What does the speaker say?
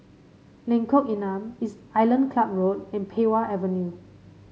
Lengkok Enam Island Club Road and Pei Wah Avenue